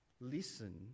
listen